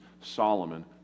Solomon